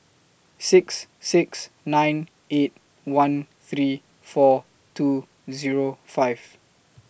six six nine eight one three four two Zero five